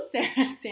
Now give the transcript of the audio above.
Sarah